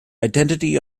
identity